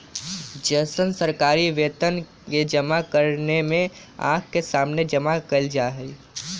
जैसन सरकारी वेतन के जमा करने में आँख के सामने जमा कइल जाहई